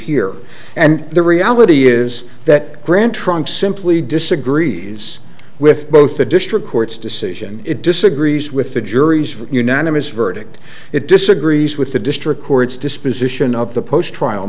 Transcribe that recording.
here and the reality is that grand trunk simply disagrees with both the district court's decision it disagrees with the jury's unanimous verdict it disagrees with the district court's disposition of the post trial